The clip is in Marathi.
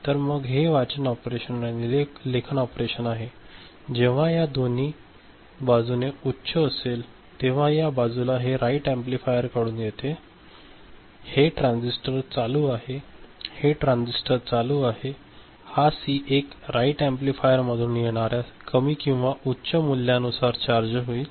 तर मग हे वाचन ऑपरेशन आणि लेखन ऑपरेशन आहे जेव्हा या दोन्ही बाजूने उच्च असेल तेव्हा या बाजूला हे राईट एम्पलीफायर कडून येते हे ट्रान्झिस्टर चालू आहे हे ट्रान्झिस्टर चालू आहे हा C1 राईट एम्पलीफायर मधून येणार्या कमी किंवा उच्च मूल्यानुसार चार्ज होईल